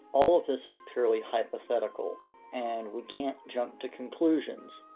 all of this is purely hypothetical and we can't jump to conclusions.